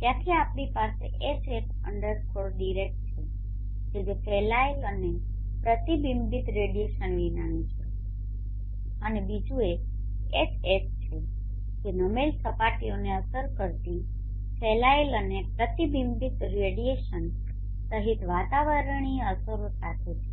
છે ત્યાંથી આપણી પાસે hat direct છે કે જે ફેલાયેલ અને પ્રતિબિંબિત રેડીયેશન વિનાનું છે અને બીજું એક Hat છે જે નમેલ સપાટીઓને અસર કરતી ફેલાયેલ અને પ્રતિબિંબિત રેડીયેશન સહિત વાતાવરણીય અસરો સાથે છે